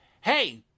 Hey